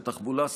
ותחבולה,